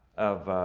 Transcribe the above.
of